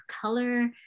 color